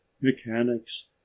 mechanics